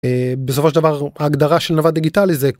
בסופו של דבר הגדרה של נווד דיגיטלי זה.